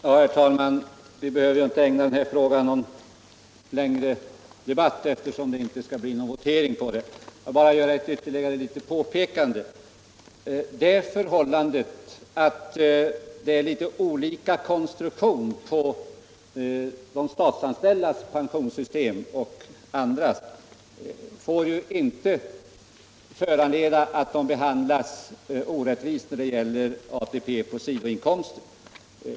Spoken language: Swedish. Herr talman! Vi behöver ju inte ägna denna fråga någon längre debatt, eftersom det inte skall bli någon votering. Jag vill bara göra ytterligare ett påpekande. Det förhållandet att det är litet olika konstruktion på de statsanställdas och de privatanställdas pensionssystem får inte föranleda att de statsanställda behandlas orättvist då det gäller ATP på sidoinkomster.